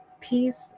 peace